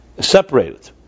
separated